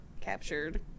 captured